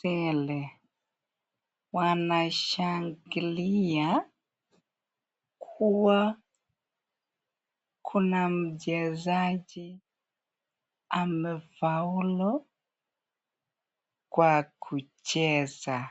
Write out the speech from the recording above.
tele. Wanashangilia kuwa kuna mchezaji amefaulu Kwa kucheza.